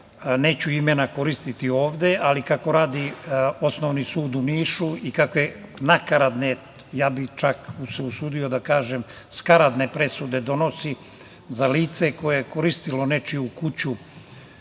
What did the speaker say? neću imena koristiti ovde, ali kako radi Osnovni sud u Nišu i kakve nakaradne, ja bi se čak usudio da kažem skaradne presude donosi za lice koje je koristilo nečiju kuću